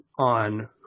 on